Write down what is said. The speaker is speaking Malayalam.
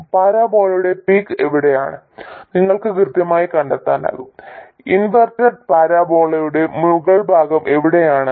പരാബോളയുടെ പീക്ക് എവിടെയാണെന്ന് നിങ്ങൾക്ക് കൃത്യമായി കണ്ടെത്താനാകും ഇൻവെർട്ടഡ് പരാബോളയുടെ മുകൾഭാഗം എവിടെയാണെന്ന്